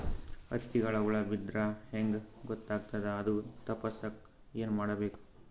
ಹತ್ತಿಗ ಹುಳ ಬಿದ್ದ್ರಾ ಹೆಂಗ್ ಗೊತ್ತಾಗ್ತದ ಅದು ತಪ್ಪಸಕ್ಕ್ ಏನ್ ಮಾಡಬೇಕು?